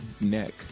neck